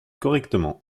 correctement